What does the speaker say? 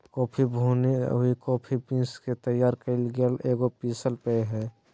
coffee भुनी हुई coffee beans से तैयार कइल गेल एगो पीसल पेय हइ